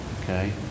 okay